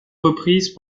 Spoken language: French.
reprises